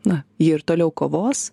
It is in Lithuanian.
na ji ir toliau kovos